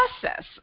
process